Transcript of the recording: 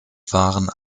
waren